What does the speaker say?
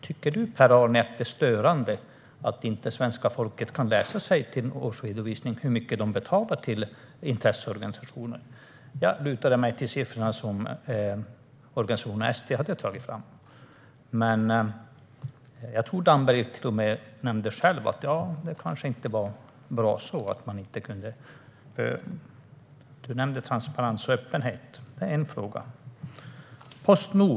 Tycker inte du, Per-Arne, att det är störande att svenska folket inte kan läsa sig till i en årsredovisning hur mycket de betalar till intresseorganisationer? Jag lutar mig mot de siffror som organisationen ST har tagit fram. Jag tror att Damberg till och med själv nämnde att detta kanske inte är bra. Du nämnde transparens och öppenhet. Det är en fråga.